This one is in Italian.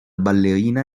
ballerina